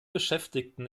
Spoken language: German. beschäftigten